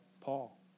Paul